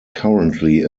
currently